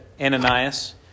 Ananias